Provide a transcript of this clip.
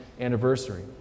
anniversary